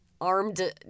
armed